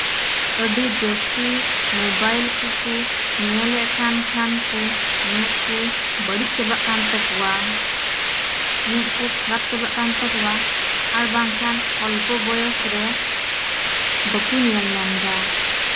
ᱟᱹᱰᱤ ᱡᱟᱹᱥᱛᱤ ᱢᱳᱵᱟᱭᱤᱞ ᱠᱚᱠᱚ ᱧᱮᱞᱮᱫ ᱠᱟᱱ ᱠᱷᱟᱱ ᱠᱚ ᱢᱮᱫ ᱠᱚ ᱵᱟᱹᱲᱤᱡ ᱪᱟᱵᱟᱜ ᱠᱟᱱ ᱛᱟᱠᱚᱣᱟ ᱢᱮᱫ ᱠᱚ ᱠᱷᱟᱨᱟᱯ ᱪᱟᱵᱟᱜ ᱠᱟᱱ ᱛᱟᱠᱚᱣᱟ ᱟᱨ ᱵᱟᱝᱠᱷᱟᱱ ᱚᱞᱯᱚ ᱵᱚᱭᱚᱥᱨᱮ ᱵᱟᱠᱚ ᱧᱮᱞ ᱧᱟᱢᱫᱟ